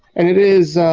and it is,